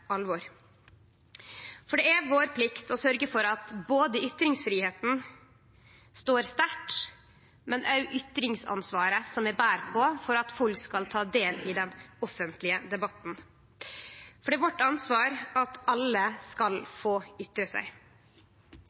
alvor. Det er vår plikt å sørgje for at ytringsfridomen står sterkt, men òg ytringsansvaret som vi ber på for at folk skal ta del i den offentlege debatten, for det er vårt ansvar at alle skal få ytre seg.